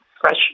Fresh